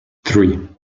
three